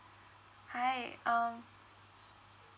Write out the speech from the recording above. hi um